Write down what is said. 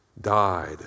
died